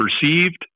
perceived